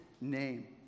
name